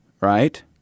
right